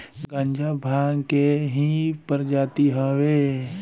गांजा भांग के ही प्रजाति हवे